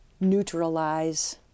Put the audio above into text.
neutralize